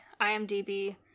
IMDb